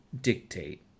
dictate